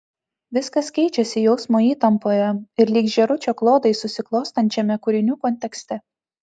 viskas keičiasi jausmo įtampoje ir lyg žėručio klodai susiklostančiame kūrinių kontekste